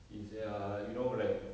it's ya you know like